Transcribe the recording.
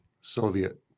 Soviet